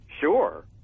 sure